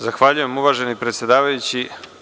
Zahvaljujem, uvaženi predsedavajući.